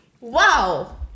Wow